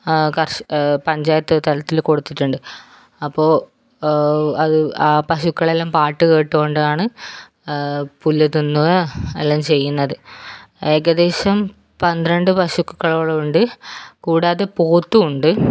കർഷ പഞ്ചായത്ത് തലത്തിൽ കൊടുത്തിട്ടുണ്ട് അപ്പോൾ അത് ആ പശുക്കളെല്ലാം പാട്ടു കേട്ടുകൊണ്ടാണ് പുല്ല് തിന്നുവ എല്ലാം ചെയ്യുന്നത് ഏകദേശം പന്ത്രണ്ട് പശുക്കളോളമുണ്ട് കൂടാതെ പോത്തൂണ്ട്